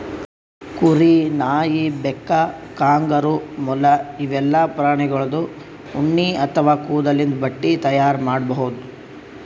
ಕುರಿ, ನಾಯಿ, ಬೆಕ್ಕ, ಕಾಂಗರೂ, ಮೊಲ ಇವೆಲ್ಲಾ ಪ್ರಾಣಿಗೋಳ್ದು ಉಣ್ಣಿ ಅಥವಾ ಕೂದಲಿಂದ್ ಬಟ್ಟಿ ತೈಯಾರ್ ಮಾಡ್ಬಹುದ್